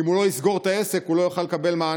אם הוא לא יסגור את העסק הוא לא יוכל לקבל מענה,